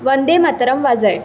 वंदे मातरम वाजय